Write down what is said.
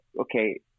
okay